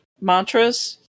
Mantras